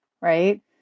right